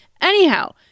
anyhow